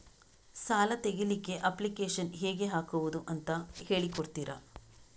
ಸಾಲ ತೆಗಿಲಿಕ್ಕೆ ಅಪ್ಲಿಕೇಶನ್ ಹೇಗೆ ಹಾಕುದು ಅಂತ ಹೇಳಿಕೊಡ್ತೀರಾ?